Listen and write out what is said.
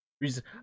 reason